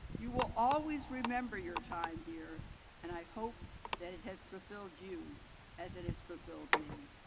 you will always remember your time here and i hope that it has fulfilled you as it has fulfilled me.